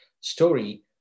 story